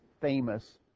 famous